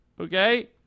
Okay